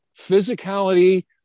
Physicality